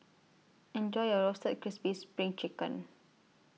Enjoy your Roasted Crispy SPRING Chicken